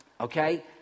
okay